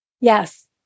Yes